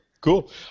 Cool